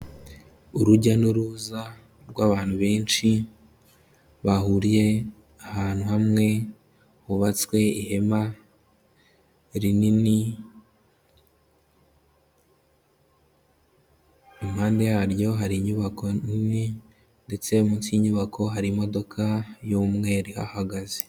Urujya n'uruza rw'abantu benshi, bahuriye ahantu hamwe, hubatswe ihema rinini, impande yaryo hari inyubako nini ndetse munsi y'inyubako hari imodoka y'umweru ihahagaze.